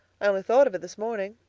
i only thought of it this morning.